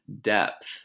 depth